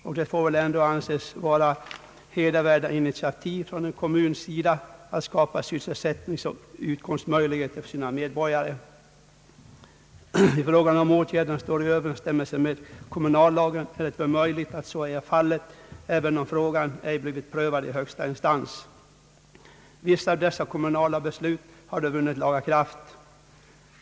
Och det får väl ändå anses vara hedervärda initiativ från en kommuns sida att skapa sysselsättningsoch utkomstmöjligheter för sina medborgare. Beträffande frågan om åtgärderna står i överensstämmelse med kommunallagen är det möjligt att så ej är fallet även om frågan ej blivit prövad i högsta instans. Vissa av dessa kommunala beslut har dock vunnit laga kraft.